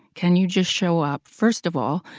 can you just show up, first of all,